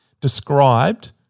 described